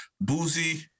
Boozy